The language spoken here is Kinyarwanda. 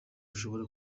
ushobora